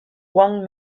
wang